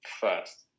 first